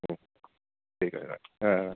হুম ঠিক আছে রাখছি হ্যাঁ